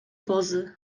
pozy